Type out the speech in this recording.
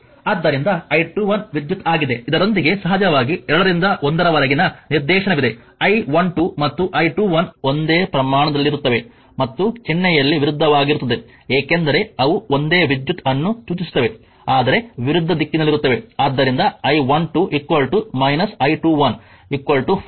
ಆದ್ದರಿಂದ I21 ವಿದ್ಯುತ್ ಆಗಿದೆ ಇದರೊಂದಿಗೆ ಸಹಜವಾಗಿ 2 ರಿಂದ 1 ರವರೆಗಿನ ನಿರ್ದೇಶನವಿದೆ I12 ಮತ್ತು I21 ಒಂದೇ ಪ್ರಮಾಣದಲ್ಲಿರುತ್ತವೆ ಮತ್ತು ಚಿಹ್ನೆಯಲ್ಲಿ ವಿರುದ್ಧವಾಗಿರುತ್ತದೆ ಏಕೆಂದರೆ ಅವು ಒಂದೇ ವಿದ್ಯುತ್ ಅನ್ನು ಸೂಚಿಸುತ್ತವೆ ಆದರೆ ವಿರುದ್ಧ ದಿಕ್ಕಿನಲ್ಲಿರುತ್ತವೆ